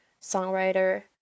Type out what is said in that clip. songwriter